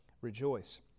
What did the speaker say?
rejoice